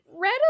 read